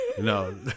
No